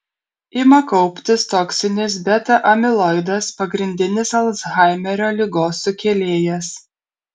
ima kauptis toksinis beta amiloidas pagrindinis alzheimerio ligos sukėlėjas